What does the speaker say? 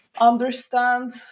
understand